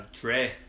Dre